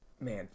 Man